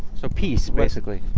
so peace, basically.